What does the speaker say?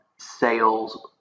sales